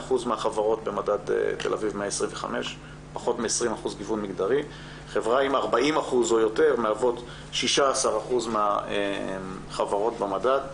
48% מהחברות במדד ת"א 125. חברה עם 40% או יותר מהוות 16% מהחברות במדד.